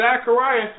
Zechariah